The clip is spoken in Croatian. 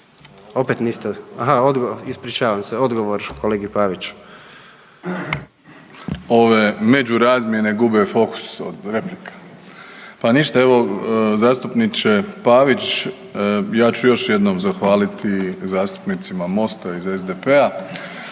Opet niste, aha, odgovor, ispričavam se, odgovor kolegi Paviću. **Plenković, Andrej (HDZ)** Ove međurazmjene gube fokus od replika. Pa ništa, evo, zastupniče Pavić, ja ću još jednom zahvaliti zastupnicima Mosta i iz SDP-a